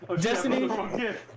destiny